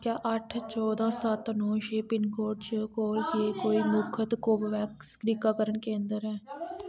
क्या अट्ठ चौदां सत्त नौ छे पिनकोड च कोल गै कोई मुख्त कोवोवैक्स टीकाकरण केंदर ऐ